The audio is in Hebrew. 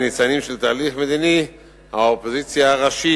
נסים זאב (ש"ס): אדוני היושב בראש,